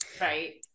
right